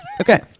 Okay